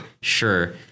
sure